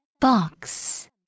Box